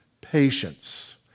patience